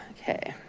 okay,